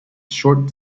short